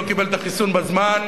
לא קיבל את החיסון בזמן,